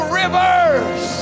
rivers